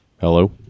Hello